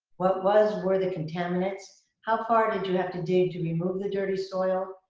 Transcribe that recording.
what was were the contaminants? how far did you have to dig to remove the dirty soil?